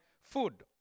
food